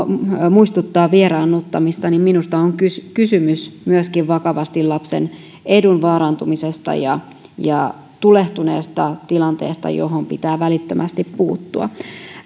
muistuttaa vieraannuttamista niin minusta on kysymys myöskin vakavasti lapsen edun vaarantumisesta ja tulehtuneesta tilanteesta johon pitää välittömästi puuttua